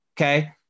Okay